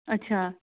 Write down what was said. ਅੱਛਾ